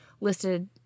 listed